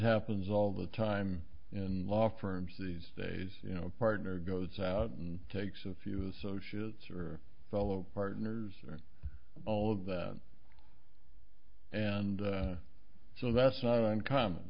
happens all the time in law firms these days you know partner goes out and takes a few associates or fellow partners and all of that and so that's not uncommon